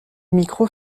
micros